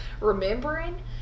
remembering